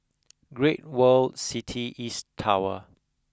Great World City East Tower